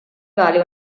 vale